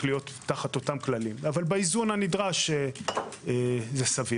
להיות תחת אותם כללים אבל באיזון הנדרש זה סביר.